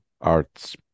arts